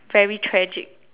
for me